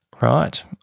Right